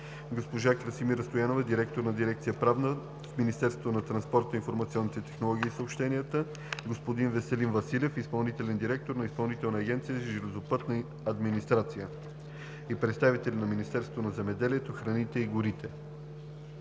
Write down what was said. госпожа Красимира Стоянова – директор на дирекция „Правна“ в Министерството на транспорта, информационните технологии и съобщенията, господин Веселин Василев – изпълнителен директор на Изпълнителна агенция „Железопътна администрация“, и представители на Министерството на земеделието, храните и горите.